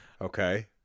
okay